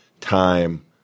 time